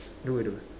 dua dua